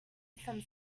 some